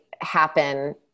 happen